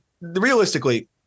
realistically